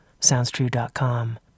SoundsTrue.com